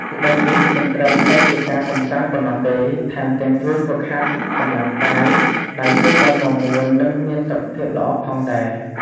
ល្បែងនេះមិនត្រឹមតែជាការកម្សាន្តប៉ុណ្ណោះទេ ថែមទាំងជួយហ្វឹកហាត់កម្លាំងកាយ ដៃជើងឲ្យមាំមួន និងមានសុខភាពល្អផងដែរ។